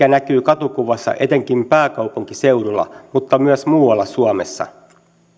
näkyy katukuvassa etenkin pääkaupunkiseudulla mutta myös muualla suomessa